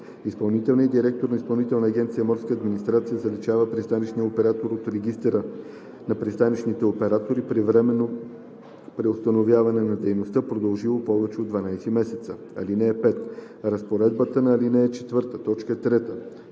изпълнителният директор на Изпълнителна агенция „Морска администрация“ заличава пристанищния оператор от регистъра на пристанищните оператори при временно преустановяване на дейността, продължило повече от 12 месеца. (5) Разпоредбата на ал. 4, т. 3